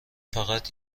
فقط